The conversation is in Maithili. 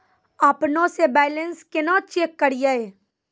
अपनों से बैलेंस केना चेक करियै?